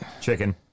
Chicken